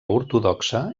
ortodoxa